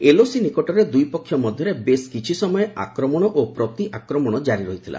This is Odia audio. ଏଲ୍ଓସି ନିକଟରେ ଦୁଇ ପକ୍ଷ ମଧ୍ୟରେ ବେଶ୍ କିଛି ସମୟ ଆକ୍ରମଣ ଓ ପ୍ରତିଆକ୍ରମଣ ଜାରି ରହିଥିଲା